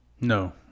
No